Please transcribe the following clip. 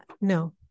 No